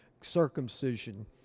circumcision